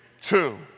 two